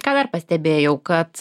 ką dar pastebėjau kad